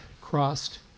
crossed